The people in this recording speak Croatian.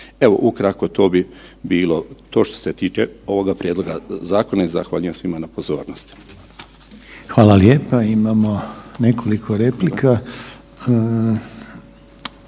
Evo, ukratko to bi bilo to što se tiče ovoga prijedloga zakona i zahvaljujem svima na pozornosti. **Reiner, Željko (HDZ)** Hvala lijepa. Imamo nekoliko replika.